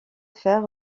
fer